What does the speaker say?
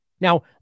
Now